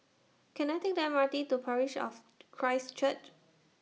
Can I Take The M R T to Parish of Christ Church